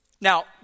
Now